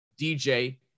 DJ